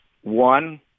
One